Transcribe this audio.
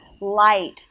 light